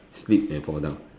slip and fall down